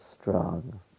strong